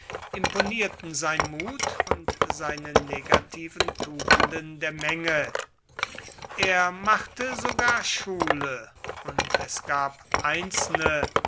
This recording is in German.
imponierten sein mut und seine negativen tugenden der menge er machte sogar schule und es gab einzelne